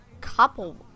couple